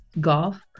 golf